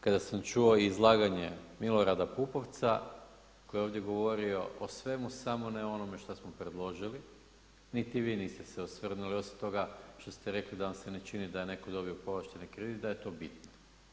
Kada sam čuo izlaganje Milorada Pupovca koji je ovdje govorio o svemu samo ne o onome što smo predložili, niti vi niste se osvrnuli, osim toga što ste rekli da vam se ne čini da je neko dobio povlašteni kredit da je to bitno.